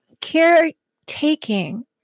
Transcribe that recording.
caretaking